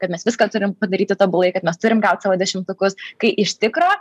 kad mes viską turim padaryti tobulai kad mes turim gaut savo dešimtukus kai iš tikro